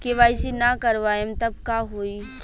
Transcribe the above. KYC ना करवाएम तब का होई?